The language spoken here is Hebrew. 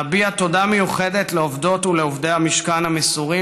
להביע תודה מיוחדת לעובדות ועובדי המשכן המסורים,